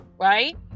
right